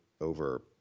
over